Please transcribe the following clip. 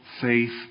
faith